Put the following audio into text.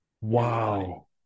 Wow